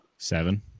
seven